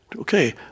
Okay